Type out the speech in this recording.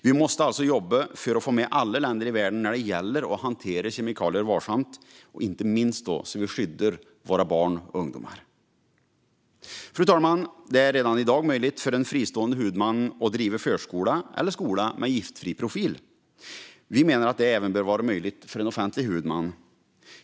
Vi måste alltså jobba för att få med alla länder i världen när det gäller att hantera kemikalier varsamt, inte minst så att vi skyddar våra barn och unga. Fru talman! Det är redan i dag möjligt för en fristående huvudman att driva förskola eller skola med giftfri profil. Vi menar att detta även bör vara möjligt för en offentlig huvudman.